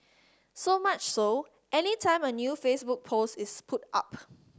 so much so any time a new Facebook post is put up